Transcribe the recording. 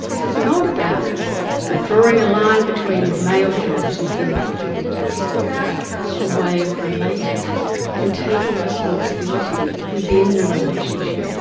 this is not about drawing a line between male jobs and female jobs. it's about a way of relating and taking responsibility within the relationship.